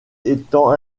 étant